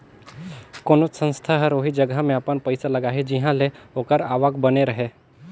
कोनोच संस्था हर ओही जगहा में अपन पइसा लगाही जिंहा ले ओकर आवक बने रहें